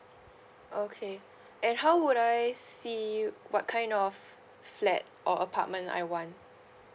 okay and how would I see you what kind of flat or apartment I want